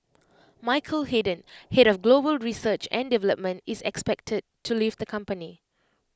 Michael Hayden Head of global research and development is expected to leave the company